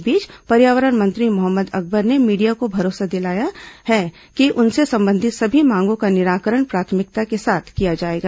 इस बीच पर्यावरण मंत्री मोहम्मद अकबर ने मीडिया को भरोसा दिलाया है कि उनसे संबंधित सभी मांगों का निराकरण प्राथमिकता के साथ किया जाएगा